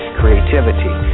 creativity